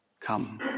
come